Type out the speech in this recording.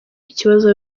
ikibazo